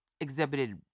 exhibited